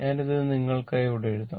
ഞാൻ ഇത് നിങ്ങൾക്കായി ഇവിടെ എഴുതാം